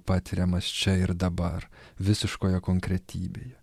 patiriamas čia ir dabar visiškoje konkretybėje